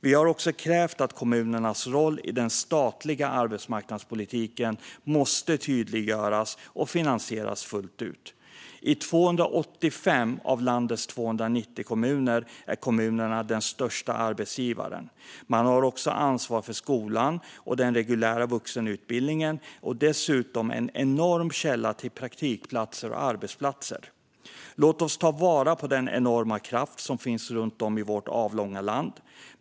Vi har också krävt att kommunernas roll i den statliga arbetsmarknadspolitiken tydliggörs och finansieras fullt ut. I 285 av landets 290 kommuner är kommunen den största arbetsgivaren. Kommunerna har också ansvar för skolan och den reguljära vuxenutbildningen och är dessutom en enorm källa till praktikplatser och arbetsplatser. Låt oss ta vara på den enorma kraft som finns runt om i vårt avlånga land!